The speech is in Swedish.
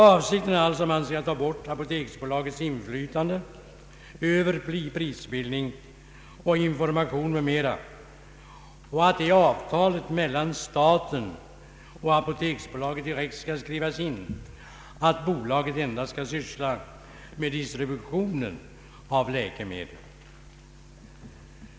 Avsikten är alltså att man skall ta bort apoteksbolagets inflytande över prisbildning, information m.m. och att det i avtalet mellan staten och apoteksbolaget direkt skall skrivas in att bolaget endast skall syssla med distributionen av läkemedel.